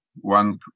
one